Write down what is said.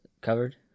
covered